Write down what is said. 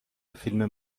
فیلم